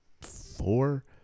four